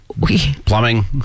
Plumbing